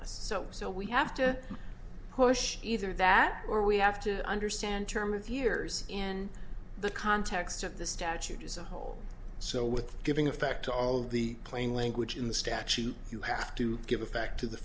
us so so we have to push either that or we have to understand term of years in the context of the statute as a whole so with giving effect to all of the plain language in the statute you have to give effect to the